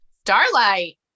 starlight